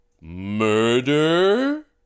murder